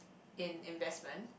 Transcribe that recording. in investment